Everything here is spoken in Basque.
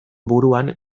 buruan